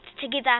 together